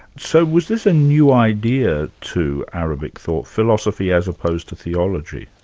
so was this a new idea to arabic thought? philosophy as opposed to theology?